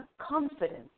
confidence